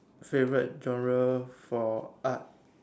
favourite genre for art